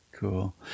Cool